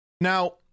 Now